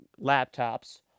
laptops